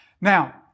Now